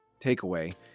takeaway